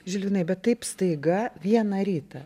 žilvinai bet taip staiga vieną rytą